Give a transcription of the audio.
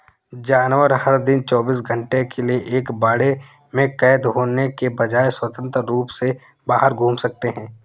जानवर, हर दिन चौबीस घंटे के लिए एक बाड़े में कैद होने के बजाय, स्वतंत्र रूप से बाहर घूम सकते हैं